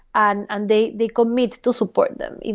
and and they they commit to support them.